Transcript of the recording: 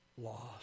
lost